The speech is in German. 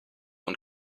und